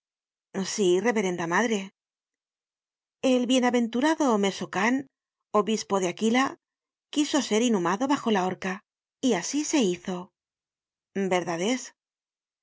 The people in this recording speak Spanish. sí reverenda madre el bienaventurado mezzocane obispo de aquila quiso ser inhumado bajo la horca y asi se hizo verdad